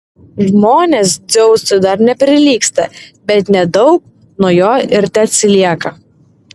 žmonės dzeusui dar neprilygsta bet nedaug nuo jo ir teatsilieka